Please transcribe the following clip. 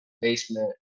basement